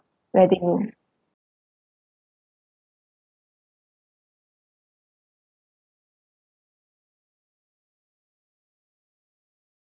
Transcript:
wedding